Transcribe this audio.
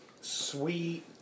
sweet